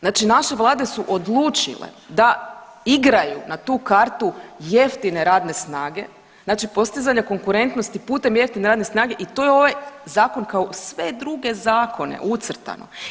Znači naše vlade su odlučile da igraju na tu kartu jeftine radne snage, znači postizanja konkurentnosti putem jeftine radne snage i to je u ovaj zakon kao u sve druge zakone ucrtano.